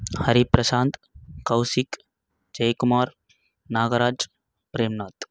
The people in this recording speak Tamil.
ஹரிபிரஷாந்த் கௌஷிக் ஜெய்குமார் நாகராஜ் பிரேம்நாத்